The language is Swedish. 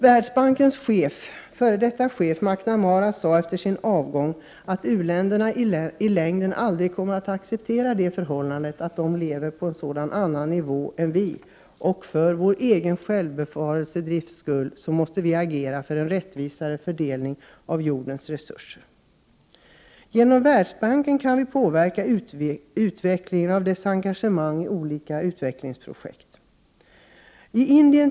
Världsbankens f.d. chef Mc Namara sade efter sin avgång, att u-länderna i längden aldrig kommer att acceptera förhållandet att de lever på en helt annan nivå än vi. För egen självbevarelsedrifts skull måste vi agera för en rättvisare fördelning av jordens resurser. Genom Världsbanken kan vi påverka utvecklingen av dess engagemang i olika utvecklingsprojekt.